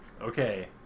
Okay